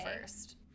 first